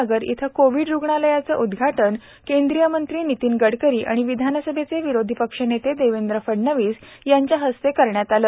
नगर येथे कोविड रुग्णालयाचे उदघाटन केंद्रीय मंत्री नितीन गडकरी आणि विधानसभेचे विरोधी पक्ष नेते देवेंद्र फडणवीस यांच्या हस्ते आज करण्यात आले